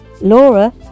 Laura